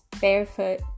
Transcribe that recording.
barefoot